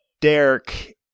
Derek